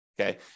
Okay